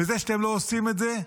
בזה שאתם לא עושים את זה,